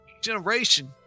generation